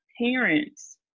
parents